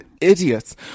idiots